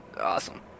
awesome